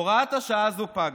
הוראת השעה הזאת פגה.